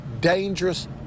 dangerous